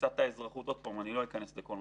תפיסת האזרחות אני לא אכנס לכול.